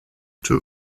two